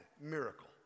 miracle